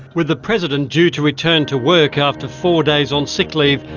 with the president due to return to work after four days on sick leave,